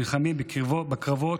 שנלחמים בקרבות,